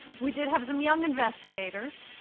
we did have some young investigators.